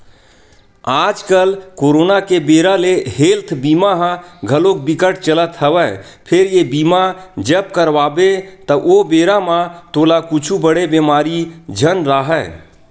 आजकल करोना के बेरा ले हेल्थ बीमा ह घलोक बिकट चलत हवय फेर ये बीमा जब करवाबे त ओ बेरा म तोला कुछु बड़े बेमारी झन राहय